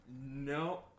No